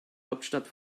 hauptstadt